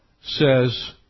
says